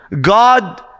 God